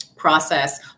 process